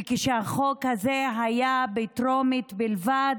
וכשהחוק הזה היה בטרומית בלבד,